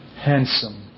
Handsome